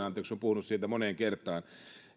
moneen kertaan